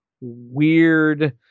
weird